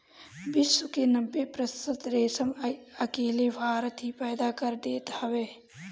विश्व के नब्बे प्रतिशत रेशम अकेले भारत ही पैदा कर देत हवे